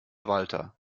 walter